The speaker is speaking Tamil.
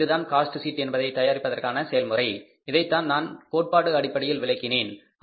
எனவே இதுதான் காஸ்ட் ஷீட் என்பதை தயாரிப்பதற்கான செயல்முறை இதைத்தான் நான் கோட்பாட்டு அடிப்படையில் விலக்கினேன்